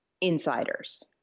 insiders